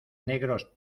negros